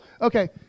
okay